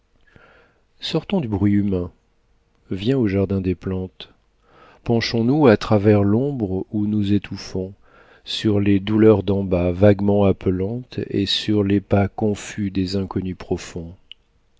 sortons du bruit humain viens au jardin des plantes penchons nous à travers l'ombre où nous étouffons sur les douleurs d'en bas vaguement appelantes et sur les pas confus des inconnus profonds